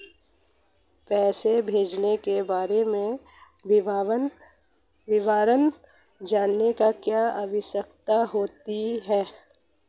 पैसे भेजने के बारे में विवरण जानने की क्या आवश्यकता होती है?